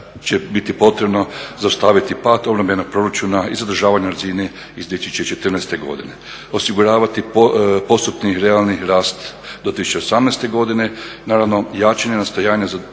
će biti potrebno zaustaviti pad obrambenog proračuna i zadržavanje na razini iz 2014. godine, osiguravati postupni realni rast do 2018. godine, naravno jačanje nastojanja za